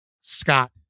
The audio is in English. Scott